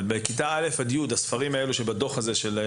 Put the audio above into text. אבל בכיתה א'-י' הספרים האלה שבדוח הזה?